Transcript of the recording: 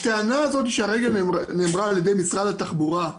הטענה הזאת שהרגע נאמרה על ידי משרד התחבורה,